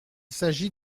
s’agit